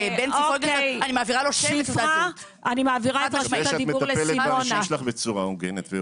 אני מעבירה לו --- אני מקווה שאת מטפלת באנשים שלך בצורה הוגנת.